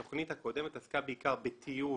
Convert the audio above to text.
התוכנית הקודמת עסקה בעיקר בטיוב